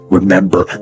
remember